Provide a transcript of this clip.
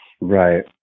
Right